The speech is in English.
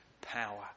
power